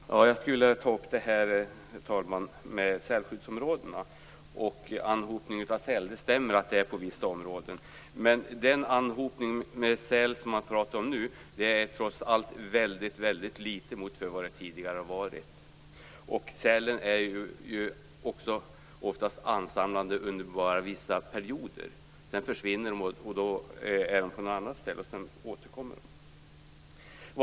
Herr talman! Jag skulle vilja ta upp frågan om sälskyddsområdena och anhopningen av säl. Det stämmer att det är så på vissa områden. Men den anhopning av säl som man pratar om nu är trots allt väldigt liten mot hur det tidigare har varit. Sälen ansamlas oftast också endast under vissa perioder. Sedan försvinner de och vistas på något annat ställe. Så småningom återkommer de.